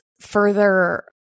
further